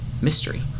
mystery